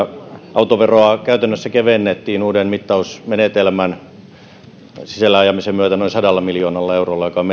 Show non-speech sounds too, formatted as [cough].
autoveroa käytännössä kevennettiin uuden mittausmenetelmän sisälle ajamisen myötä noin sadalla miljoonalla eurolla mikä on [unintelligible]